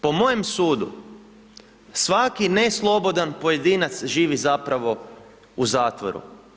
Po mojem sudu svaki neslobodan pojedinac živi zapravo u zatvoru.